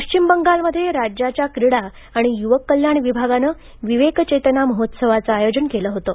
पश्चिम बंगाल मध्ये राज्याच्या क्रीडा आणि युवक कल्याण विभागानं विवेक चेतना महोत्सवाचं आयोजन केलं होतं